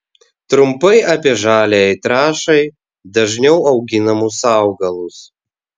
trumpai apie žaliajai trąšai dažniau auginamus augalus